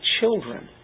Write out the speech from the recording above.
children